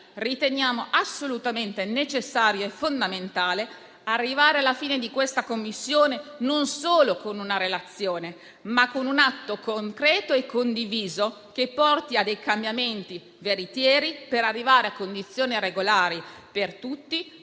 riteniamo altrettanto necessario e fondamentale arrivare alla conclusione dei lavori della Commissione non solo con una relazione, ma anche con un atto concreto e condiviso che porti a cambiamenti veritieri per giungere a condizioni regolari per tutti,